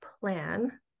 plan